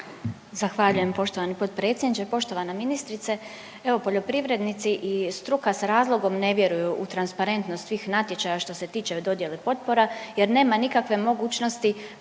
Zahvaljujem poštovani potpredsjedniče. Poštovana ministrice, evo poljoprivrednici i struka s razlogom ne vjeruju u transparentnost svih natječaja što se tiče o dodjeli potpora jer nema nikakve mogućnosti